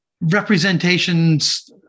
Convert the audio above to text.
representations